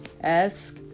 Ask